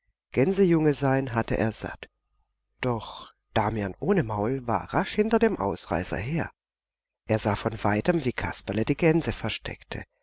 gänsejunge sein hatte er satt doch damian ohne maul war rasch hinter dem ausreißer her er sah von weitem wie kasperle die gänse versteckte